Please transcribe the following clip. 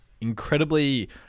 incredibly